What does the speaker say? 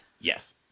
yes